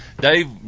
dave